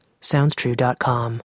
SoundsTrue.com